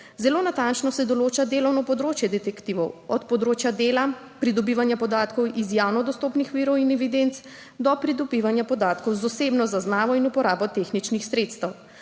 Zelo natančno se določa delovno področje detektivov, od področja dela, pridobivanja podatkov iz javno dostopnih virov in evidenc do pridobivanja podatkov z osebno zaznavo in uporabo tehničnih sredstev.